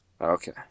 Okay